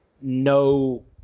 no